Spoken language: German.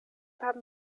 haben